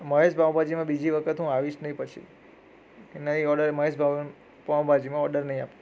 મહેશ પાઉંભાજીમાં બીજી વખત હું આવીશ નહીં પછી કે નહીં ઓર્ડર મહેશ પાઉંભાજીમાં ઓર્ડર નહીં આપું